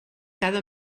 cada